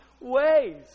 ways